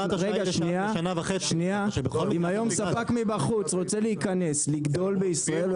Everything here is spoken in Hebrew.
אם ספק מבחוץ רוצה להיכנס ולגדול בישראל,